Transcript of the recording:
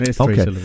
Okay